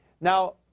Now